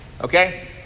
okay